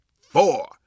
four